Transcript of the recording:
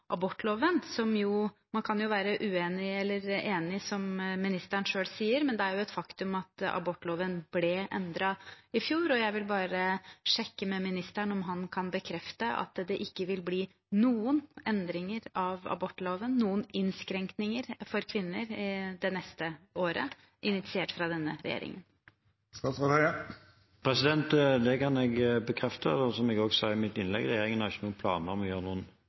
abortloven. Man kan være uenig eller enig, som ministeren selv sier, men det er et faktum at abortloven ble endret i fjor, og jeg vil bare sjekke med ministeren om han kan bekrefte at det ikke vil bli noen endringer av abortloven det neste året, noen innskrenkninger for kvinner, initiert fra denne regjeringen. Det kan jeg bekrefte. Som jeg også sa i mitt innlegg: Regjeringen har ikke noen planer om å gjøre noen